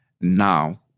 now